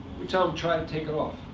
we tell them, try to take off.